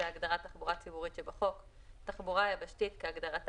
באוטובוסים וחלק מהתחבורה הציבורית יש מגבלות,